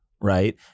right